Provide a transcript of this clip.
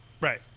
Right